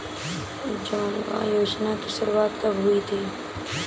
उज्ज्वला योजना की शुरुआत कब हुई थी?